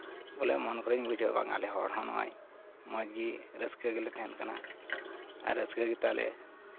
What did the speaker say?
ᱵᱚᱞᱮ ᱮᱢᱚᱱ ᱠᱚᱨᱮᱧ ᱵᱩᱡᱷᱟᱹᱣᱟ ᱵᱟᱝ ᱟᱞᱮ ᱦᱚᱲ ᱦᱚᱸ ᱱᱚᱜᱼᱚᱭ ᱢᱚᱡᱽ ᱜᱮ ᱨᱟᱹᱥᱠᱟᱹ ᱜᱮᱞᱮ ᱛᱟᱦᱮᱱ ᱠᱟᱱᱟ ᱟᱨ ᱨᱟᱹᱥᱠᱟᱹ ᱜᱮᱛᱟᱞᱮ